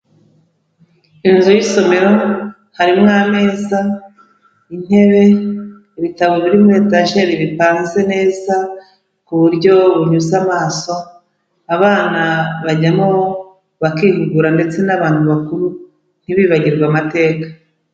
Inzu y'isomero harimo ameza, intebe, ibitabo biri muri etajeri bipanze neza ku buryo bunyuze amaso, abana bajyamo bakihugura ndetse n'abantu bakuru ntibibagirwe amateka.